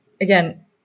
again